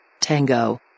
Tango